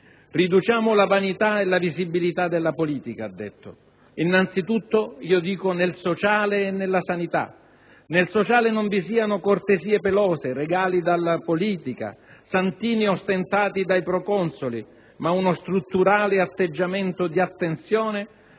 ridurre la vanità e la visibilità della politica, io aggiungo innanzitutto nel sociale e nella sanità. Nel sociale non vi siano cortesie pelose, regali dalla politica, santini ostentati dai proconsoli, ma uno strutturale atteggiamento di attenzione